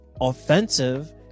offensive